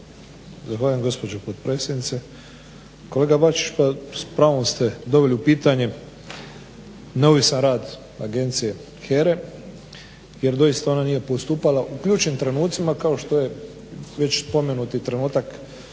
Zahvaljujem gospođo potpredsjednice. Kolega Bačić, pa s pravom ste doveli u pitanje. Novi sam rad agencije HERA-e jer doista ona nije postupala u ključnim trenucima kao što je već spomenuti trenutak